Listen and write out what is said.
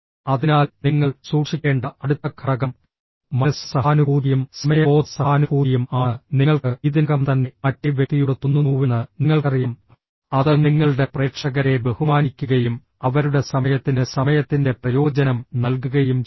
അതിനാൽ നിങ്ങൾ സൂക്ഷിക്കേണ്ട അടുത്ത ഘടകം മനസ്സ് സഹാനുഭൂതിയും സമയബോധ സഹാനുഭൂതിയും ആണ് നിങ്ങൾക്ക് ഇതിനകം തന്നെ മറ്റേ വ്യക്തിയോട് തോന്നുന്നുവെന്ന് നിങ്ങൾക്കറിയാം അത് നിങ്ങളുടെ പ്രേക്ഷകരെ ബഹുമാനിക്കുകയും അവരുടെ സമയത്തിന് സമയത്തിന്റെ പ്രയോജനം നൽകുകയും ചെയ്യുന്നു